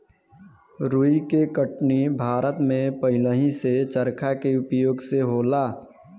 रुई के कटनी भारत में पहिलेही से चरखा के उपयोग से होला